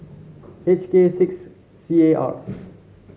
H K six C A R